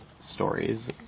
stories